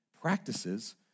practices